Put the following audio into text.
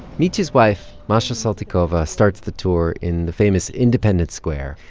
mitya's wife, masha saltykova, starts the tour in the famous independence square.